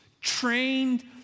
trained